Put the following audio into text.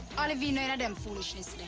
olivine no in them foolishness there.